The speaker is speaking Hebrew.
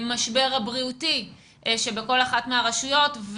ניהול המשבר הבריאותי שבכל אחת מהרשויות.